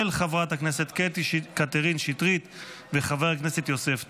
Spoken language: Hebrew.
של חברת הכנסת קטי קטרין שטרית וחבר הכנסת יוסף טייב.